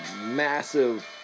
massive